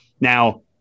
Now